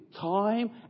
time